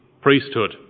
priesthood